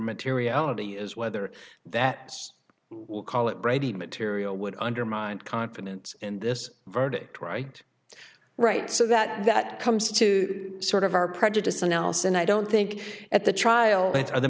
materiality is whether that will call it brady material would undermine confidence in this verdict right right so that that comes to sort of our prejudice analysis and i don't think at the trial